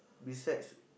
besides